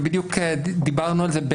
ובדיוק דיברנו על זה,